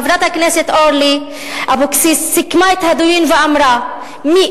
חברת הכנסת אורלי אבקסיס סיכמה את הדיון ואמרה: "מי